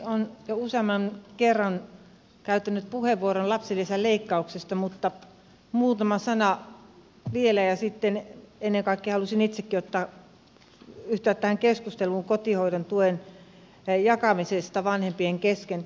olen jo useamman kerran käyttänyt puheenvuoron lapsilisäleikkauksesta mutta muutama sana vielä ja sitten ennen kaikkea halusin itsekin yhtyä tähän keskusteluun kotihoidon tuen jakamisesta vanhempien kesken